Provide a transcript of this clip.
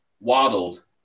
waddled